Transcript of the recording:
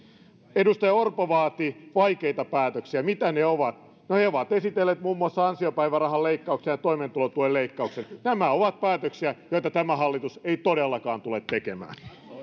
edustaja orpo vaati vaikeita päätöksiä mitä ne ovat no he ovat esitelleet muun muassa ansiopäivärahan leikkauksia toimeentulotuen leikkauksia nämä ovat päätöksiä joita tämä hallitus ei todellakaan tule tekemään